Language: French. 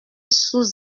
sous